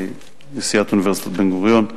נשיאת אוניברסיטת בן-גוריון,